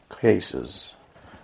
cases